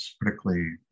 particularly